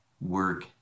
work